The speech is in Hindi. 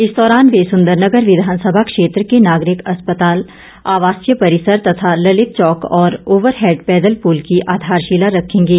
इस दौरान वे सुंदरनगर विधानसभा क्षेत्र के नागरिक अस्पताल आवासीय परिसर तथा ललित चौक और ओवर हैंड पैदल पुल की आधारशिला रखेंगे